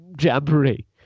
jamboree